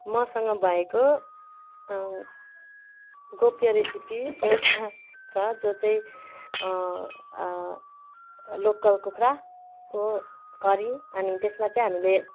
मसँग भएको गोप्य रेसेपी एउटा छ जो चाहिँ लोकल कुखुराको करी अनि त्यसमा चाहिँ हामीले